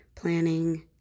Planning